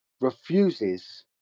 refuses